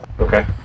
Okay